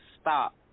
stop